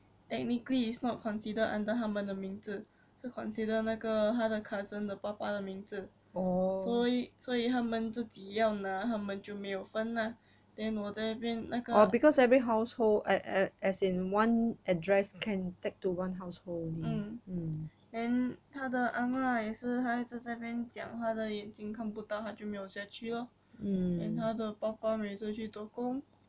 technically it's not considered under 他们的名字是 consider 那个他的 cousin 的爸爸的名字所以所以他们自己要拿他们就没有分 lah then 我在那边那个 then 他的 ah ma 也是她一直在那边讲她的眼睛看不到他就没有下去 lor then 他的爸爸每次去做工